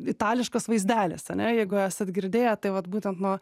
itališkas vaizdelis ane jeigu esat girdėję tai vat būtent nuo